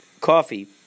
coffee